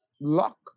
luck